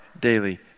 daily